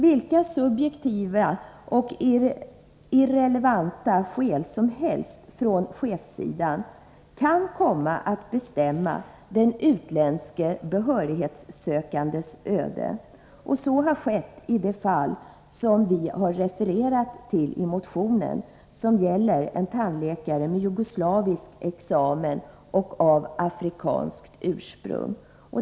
Vilka subjektiva och irrelevanta skäl som helst från chefssidan kan komma att bestämma den utländske behörighetssökandens öde. Så har skett i det fall som vi har refererat till i motionen, som gäller en tandläkare med jugoslavisk examen och afrikanskt ursprung.